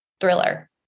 thriller